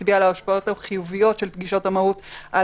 שהצביע על ההשפעות החיוביות של פגישות המהות על